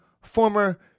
former